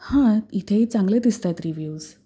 हां इथेही चांगले दिसत आहेत रिव्यूज